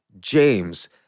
James